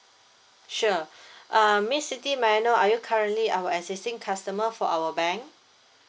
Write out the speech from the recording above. sure uh miss siti may I know are you currently our existing customer for our bank